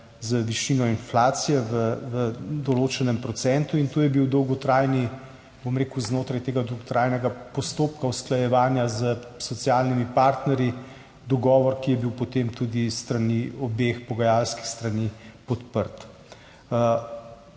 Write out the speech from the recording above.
z višino inflacije v določenem procentu. To je bil znotraj tega dolgotrajnega postopka usklajevanja s socialnimi partnerji dogovor, ki je bil potem tudi s strani obeh pogajalskih strani podprt.